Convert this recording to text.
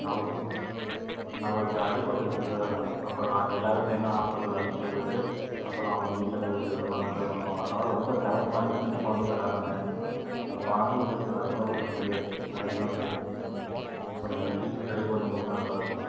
அவருக்கு அவருக்கு அடிபட்டுருச்சு சார் அப்புறம் நாங்கள் எல்லோரும் சேர்ந்து ஹாஸ்ப்பிட்டல் அழைச்சிகிட்டு போயிவிட்டு அப்புறம் அவங்க வீட்டில் போய் விட்டுவிட்டு தான் சார் வந்தோம் அதனால் ரொம்ப சிரமமா இருக்குது சின்ன குழந்தைங்க வெளாடுறாங்க பாம்பு பூச்சி வந்தால் கூடோம் ஒன்றும் தெரியாது அதுக்கு தான் சார் கொஞ்சோம் சீக்கிரம் சரி பண்ணி கொடுத்தா நல்லாயிருக்கும் சார்